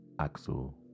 Axel